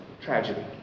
tragedy